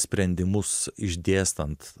sprendimus išdėstant